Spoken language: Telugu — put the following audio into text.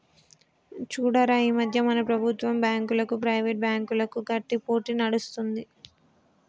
చూడురా ఈ మధ్య మన ప్రభుత్వం బాంకులకు, ప్రైవేట్ బ్యాంకులకు గట్టి పోటీ నడుస్తుంది